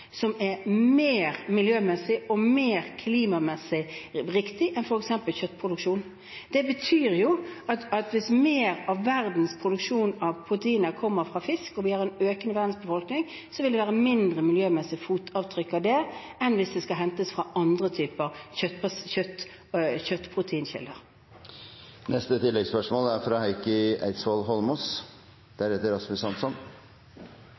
er mer miljømessig og mer klimamessig riktig enn f.eks. kjøttproduksjon. Hvis mer av verdens produksjon av proteiner kommer fra fisk – og vi har en økning i verdens befolkning – vil det være mindre miljømessig fotavtrykk av det enn hvis protein skal hentes fra andre